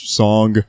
song